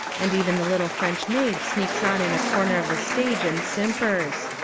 and even the little french maid sneaks on in a corner of the stage and simpers.